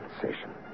sensation